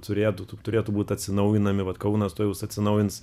turėtų turėtų būti atsinaujinami vat kaunas tuojaus atsinaujins